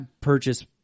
purchase